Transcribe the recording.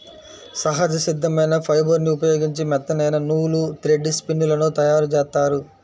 సహజ సిద్ధమైన ఫైబర్ని ఉపయోగించి మెత్తనైన నూలు, థ్రెడ్ స్పిన్ లను తయ్యారుజేత్తారు